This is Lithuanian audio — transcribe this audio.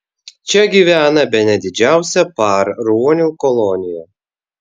čia gyvena bene didžiausia par ruonių kolonija